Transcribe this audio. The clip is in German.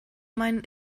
meinen